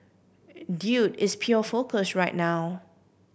dude is pure focus right now